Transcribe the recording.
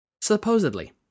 Supposedly